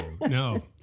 no